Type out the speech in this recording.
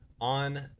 on